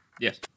Yes